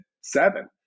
seven